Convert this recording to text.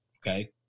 okay